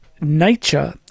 nature